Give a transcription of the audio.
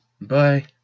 Bye